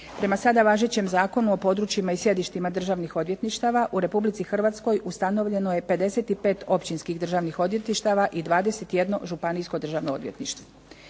Prema sada važećem Zakonu o područjima i sjedištima Državnih odvjetništava u Republici Hrvatskoj ustanovljeno je 55 Općinskih državnih odvjetništava i 21 Županijsko državno odvjetništvo.